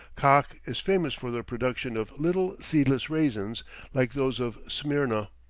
kakh is famous for the production of little seedless raisins like those of smyrna.